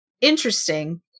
interesting